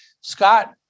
Scott